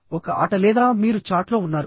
ఒక ఆట లేదా మీరు చాట్ లో ఉన్నారు